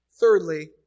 Thirdly